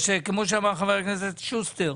כי כמו שאמר חבר הכנסת שוסטר,